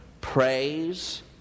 praise